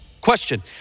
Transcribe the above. Question